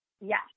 Yes